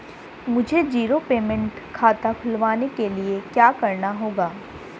मुझे zero payment खाता खुलवाने के लिए क्या करना होगा?